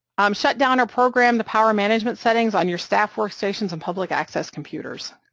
um shut down or program the power management settings on your staff workstations and public access computers,